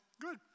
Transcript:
good